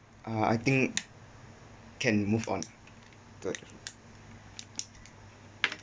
uh I think can move on